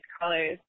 colors